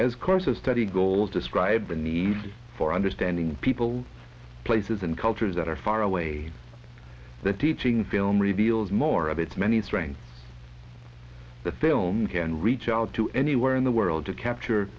as courses study goals describe a need for understanding people places and cultures that are far away that teaching film reveals more of its many strengths the film can reach out to anywhere in the world to capture